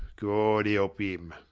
gawd elp im!